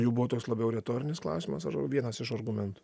jų buvo toks labiau retorinis klausimas ar vienas iš argumentų